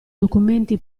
documenti